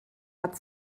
hat